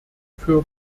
für